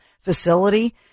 facility